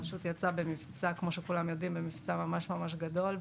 הרשות יצאה במבצע ממש ממש גדול,